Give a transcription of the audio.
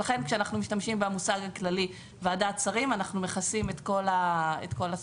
לכן כשאנחנו משתמשים במושג הכללי ועדת שרים אנחנו מכסים את כל הספקטרום.